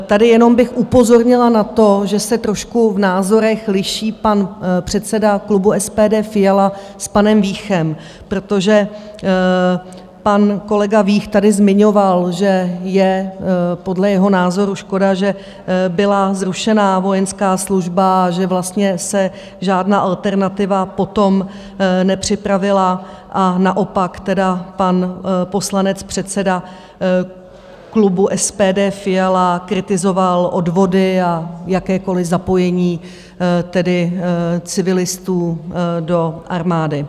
Tady jenom bych upozornila na to, že se trošku v názorech liší pan předseda klubu SPD Fiala s panem Víchem, protože pan kolega Vích tady zmiňoval, že je podle jeho názoru škoda, že byla zrušena vojenská služba a že vlastně se žádná alternativa potom nepřipravila, a naopak pan poslanec, předseda klubu SPD Fiala kritizoval odvody a jakékoliv zapojení civilistů do armády.